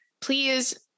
Please